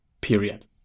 period